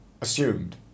assumed